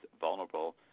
vulnerable